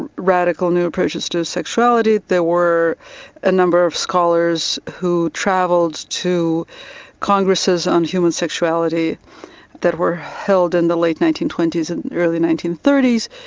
and radical new approaches to sexuality, there were a number of scholars who travelled to congresses on human sexuality that were held in the late nineteen twenty s and early nineteen thirty s.